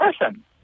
person